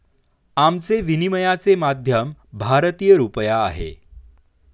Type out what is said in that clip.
आमचे विनिमयाचे माध्यम भारतीय रुपया आहे